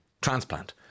transplant